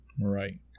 right